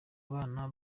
bana